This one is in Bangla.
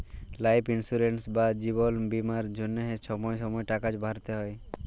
লাইফ ইলিসুরেন্স বা জিবল বীমার জ্যনহে ছময় ছময় টাকা ভ্যরতে হ্যয়